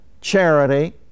charity